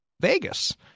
Vegas